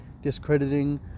discrediting